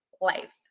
life